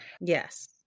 Yes